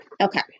okay